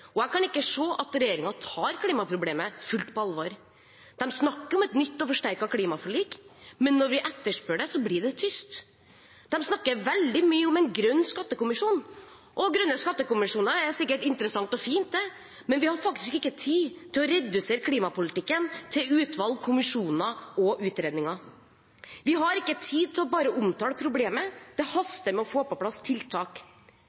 år. Jeg kan ikke se at regjeringen tar klimaproblemet fullt på alvor. De snakker om et nytt og forsterket klimaforlik, men når vi etterspør det, blir det tyst. De snakker veldig mye om en grønn skattekommisjon – og grønne skattekommisjoner er sikkert interessant og fint, men vi har faktisk ikke tid til å redusere klimapolitikken til utvalg, kommisjoner og utredninger. Vi har ikke tid til bare å omtale problemet, det haster med å få på plass tiltak.